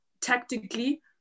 tactically